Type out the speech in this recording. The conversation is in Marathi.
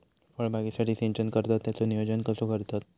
फळबागेसाठी सिंचन करतत त्याचो नियोजन कसो करतत?